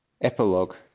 Epilogue